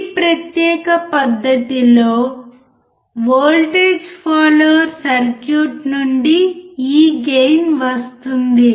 ఈ ప్రత్యేక పద్ధతిలో వోల్టేజ్ ఫాలోయర్ సర్క్యూట్ నుండి ఈ గెయిన్ వస్తుంది